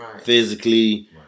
physically